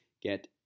get